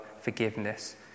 forgiveness